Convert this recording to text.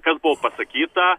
kas buvo pasakyta